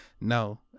No